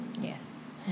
Yes